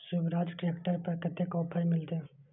Swaraj tractor पर कतेक offer मिलते?